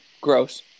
Gross